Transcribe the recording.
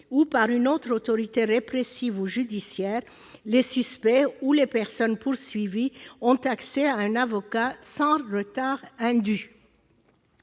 ou par une autre autorité répressive ou judiciaire, les suspects ou les personnes poursuivies ont accès à un avocat sans retard indu